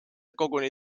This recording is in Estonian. koguni